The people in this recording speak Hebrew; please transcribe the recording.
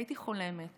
הייתי חולמת